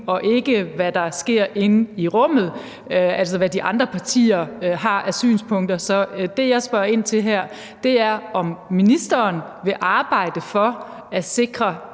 og ikke, hvad der sker inde i rummet, altså hvad de andre partier har af synspunkter. Så det, jeg spørger ind til her, er, om ministeren vil arbejde for at sikre,